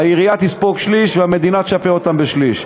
העירייה תספוג שליש והמדינה תשפה אותה בשלישי.